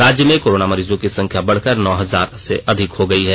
राज्य में कोरोना मरीजों की संख्या बढ़कर नौ हजार से अधिक हो गई है